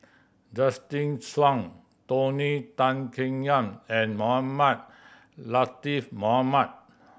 Justin Zhuang Tony Tan Keng Yam and Mohamed Latiff Mohamed